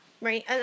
Right